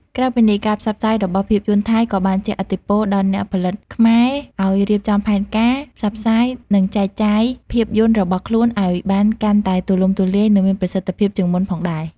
ក្រៅពីនេះ ការផ្សព្វផ្សាយរបស់ភាពយន្តថៃក៏បានជះឥទ្ធិពលដល់អ្នកផលិតខ្មែរឲ្យរៀបចំផែនការ ផ្សព្វផ្សាយ និងចែកចាយ ភាពយន្តរបស់ខ្លួនឲ្យបានកាន់តែទូលំទូលាយ និងមានប្រសិទ្ធភាពជាងមុនផងដែរ។